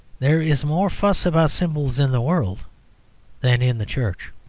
there is more fuss about symbols in the world than in the church.